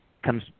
comes